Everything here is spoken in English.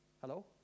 Hello